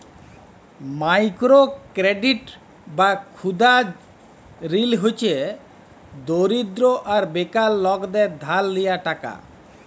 micro credit বা ক্ষুদা ঋল হছে দরিদ্র আর বেকার লকদের ধার লিয়া টাকা